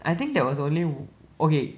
I think there was only o~ okay